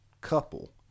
couple